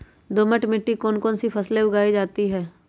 दोमट मिट्टी कौन कौन सी फसलें उगाई जाती है?